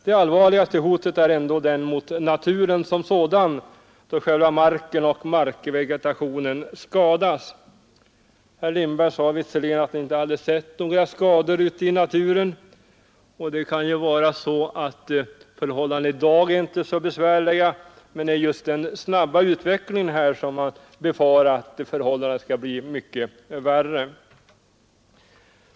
Det allvarligaste hotet riktar sig ändå mot naturen som sådan, då själva marken och markvegitationen skadas. Herr Lindberg sade visserligen att han inte hade sett några skador ute i naturen. Förhållandena är kanske inte så besvärliga i dag, men det är på grund av den snabba utvecklingen som man befarar att det skall bli mycket värre.